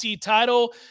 title